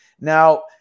now